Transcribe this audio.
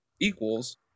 equals